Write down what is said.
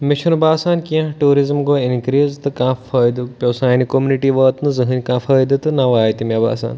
مےٚ چھُنہٕ باسان کیٚنٛہہ ٹوٗرِزم گوٚو اِنکریٖز تہٕ کانٛہہ فٲیدٕ پیٚو سانہِ کوٚمنٹی ووٗت نہٕ زٕہٕنۍ کانٛہہ فٲیدٕ تہٕ نَہ واتہِ مےٚ باسان